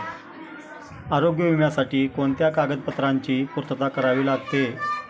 आरोग्य विम्यासाठी कोणत्या कागदपत्रांची पूर्तता करावी लागते?